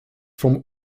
from